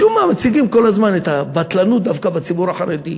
משום מה מציגים כל הזמן את הבטלנות דווקא בציבור החרדי,